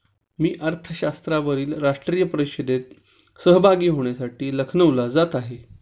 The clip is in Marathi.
मी अर्थशास्त्रावरील राष्ट्रीय परिषदेत सहभागी होण्यासाठी लखनौला जात आहे